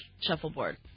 shuffleboard